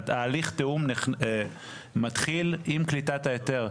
ההליך תיאום מתחיל עם קליטת ההיתר,